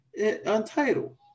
Untitled